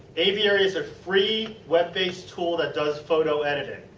aviary is a free web based tool that does photo editing.